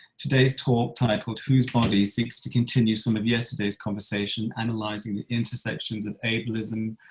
today's talk titled whose body? seeks to continue some of yesterday's conversation analysing the intersections of ablism,